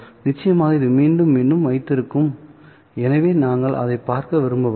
நிச்சயமாக இது மீண்டும்மீண்டும் வைத்திருக்கும் எனவே நாங்கள் அதைப் பார்க்க விரும்பவில்லை